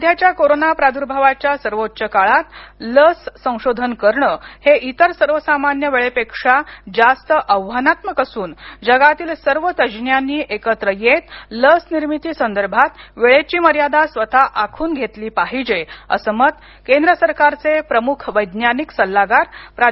सध्याच्या कोरोना प्रदुर्भावाच्या सर्वोच्च काळात लस संशोधन करण हे इतर सर्वसामान्य वेळेपेक्षा जास्त आव्हानात्मक असून जगातील सर्व तज्ञांनी एकत्र येतलस निर्मिती संदर्भात वेळेची मर्यादा स्वतः आखून घेतली पाहिजेअस मत केंद्र सरकारचे प्रमुख वैज्ञानिक सल्लागार प्रा